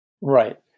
Right